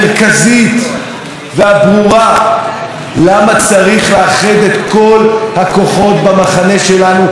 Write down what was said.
למה צריך לאחד את כל הכוחות במחנה שלנו כדי לשלוח אותו הביתה.